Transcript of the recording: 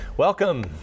Welcome